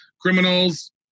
criminals